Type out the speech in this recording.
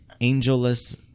Angelus